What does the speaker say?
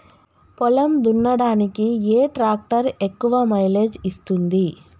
పొలం దున్నడానికి ఏ ట్రాక్టర్ ఎక్కువ మైలేజ్ ఇస్తుంది?